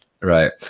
Right